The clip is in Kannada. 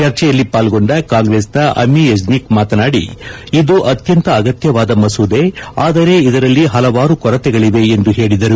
ಚರ್ಚೆಯಲ್ಲಿ ಪಾಲ್ಗೊಂಡ ಕಾಂಗ್ರೆಸ್ನ ಅಮಿ ಯೆಜ್ನಿಕ್ ಮಾತನಾಡಿ ಇದು ಅತ್ಯಂತ ಅಗತ್ಯವಾದ ಮಸೂದೆ ಆದರೆ ಇದರಲ್ಲಿ ಹಲವಾರು ಕೊರತೆಗಳವೆ ಎಂದು ಹೇಳಿದರು